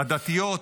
עדתיות,